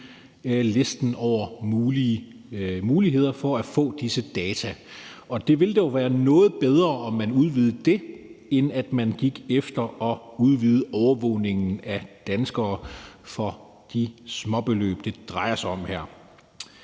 listen over mulighederne for at få disse data. Og det ville dog være noget bedre, om man udvidede det, end at man gik efter at udvide overvågningen af danskere for de småbeløb, det drejer sig om her.